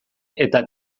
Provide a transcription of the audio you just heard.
eta